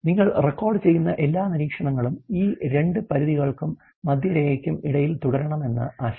നിങ്ങൾ റെക്കോർഡുചെയ്യുന്ന എല്ലാ നിരീക്ഷണങ്ങളും ഈ 2 പരിധികൾക്കും മധ്യരേഖയ്ക്കും ഇടയിൽ തുടരുമെന്നതാണ് ആശയം